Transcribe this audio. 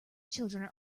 children